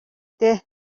дээ